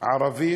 ערבי